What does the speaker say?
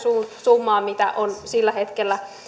summaan mitä on sillä hetkellä